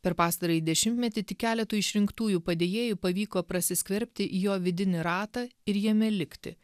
per pastarąjį dešimtmetį tik keletui išrinktųjų padėjėjų pavyko prasiskverbti į jo vidinį ratą ir jame likti